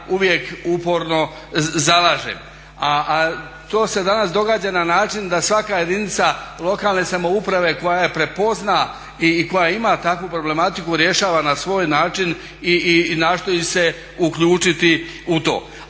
uvijek uporno zalažem. A to se danas događa na način da svaka jedinica lokalne samouprave koja prepozna i koja ima takvu problematiku rješava na svoj način i nastoji se uključiti u to.